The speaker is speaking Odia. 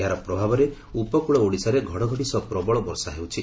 ଏହାର ପ୍ରଭାବରେ ଉପକଳ ଓଡ଼ିଶାରେ ଘଡ଼ଘଡ଼ି ସହ ପ୍ରବଳ ବର୍ଷା ହେଉଛି